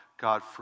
God